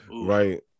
Right